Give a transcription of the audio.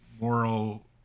moral